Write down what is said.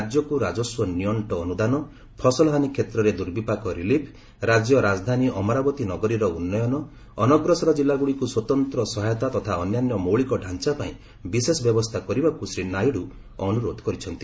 ରାଜ୍ୟକୁ ରାଜସ୍ୱ ନିଅର୍ଚ୍ଚ ଅନୁଦାନ ଫସଲହାନୀ କ୍ଷେତ୍ରରେ ଦୁର୍ବିପାକ ରିଲିଫ୍ ରାଜ୍ୟରାଜଧାନୀ ଅମରାବତି ନଗରିର ଭନ୍ନୟନ ଅନଗ୍ରସର ଜିଲ୍ଲାଗୁନିକୁ ସ୍ପତନ୍ତ ସହାୟତା ତଥା ଅନ୍ୟାନ୍ୟ ମୌଳିକ ଢାଞ୍ଚା ପାଇଁ ବିଶେଷ ବ୍ୟବସ୍ଥା କରିବାକୁ ଶ୍ରୀ ନାଇଡୁ ଅନୁରୋଧ କରିଛନ୍ତି